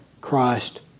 Christ